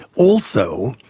also,